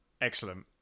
excellent